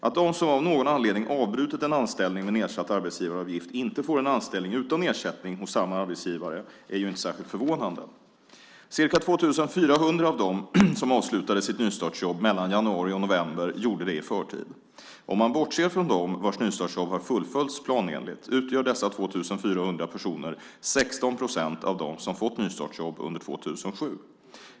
Att de som av någon anledning avbrutit en anställning med nedsatt arbetsgivaravgift inte får en anställning utan nedsättning hos samma arbetsgivare är inte särskilt förvånande. Ca 2 400 av dem som avslutade sitt nystartsjobb mellan januari och november gjorde det i förtid. Om man bortser från dem vars nystartsjobb har fullföljts planenligt utgör dessa 2 400 personer 16 procent av dem som fått nystartsjobb under 2007.